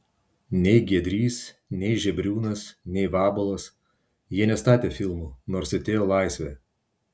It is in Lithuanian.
nei giedrys nei žebriūnas nei vabalas jie nestatė filmų nors atėjo laisvė